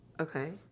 Okay